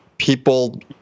People